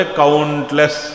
countless